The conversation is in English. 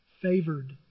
Favored